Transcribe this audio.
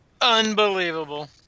Unbelievable